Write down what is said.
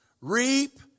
reap